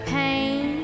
pain